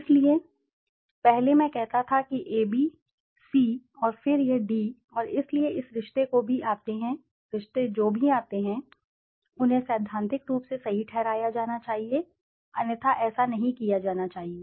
इसलिए पहले मैं कहता था कि ए बी सी और फिर यह डी और इसलिए यह रिश्ते जो भी आते हैं उन्हें सैद्धांतिक रूप से सही ठहराया जाना चाहिए अन्यथा ऐसा नहीं किया जाना चाहिए